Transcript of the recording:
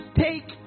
take